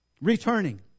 Returning